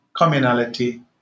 communality